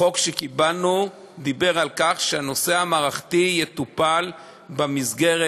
החוק שקיבלנו דיבר על כך שהנושא המערכתי יטופל במסגרת